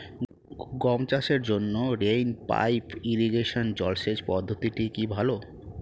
গম চাষের জন্য রেইন পাইপ ইরিগেশন জলসেচ পদ্ধতিটি কি ভালো?